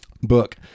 book